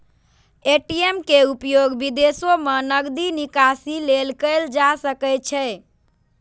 ATM के उपयोग विदेशो मे नकदी निकासी लेल कैल जा सकैत छैक